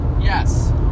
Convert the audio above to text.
Yes